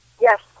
Yes